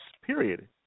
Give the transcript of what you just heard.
period